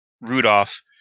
Rudolph